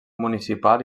municipal